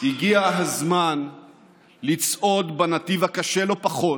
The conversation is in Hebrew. הגיע הזמן לצעוד בנתיב הקשה לא פחות,